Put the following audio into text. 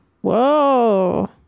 Whoa